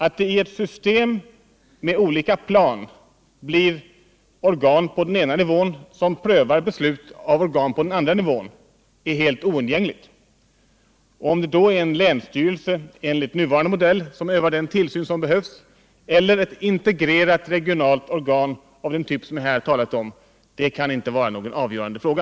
Att det i ett system med olika plan blir organ på den ena nivån som prövar beslut av organ på den andra nivån är helt oundgängligt, och om det är en länsstyrelse enligt nuvarande modell som övar den tillsyn som behövs eller ett integrerat regionalt organ av den typ som jag här talat om kan inte vara någon avgörande fråga.